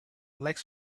likes